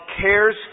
cares